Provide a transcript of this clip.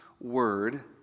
word